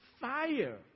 fire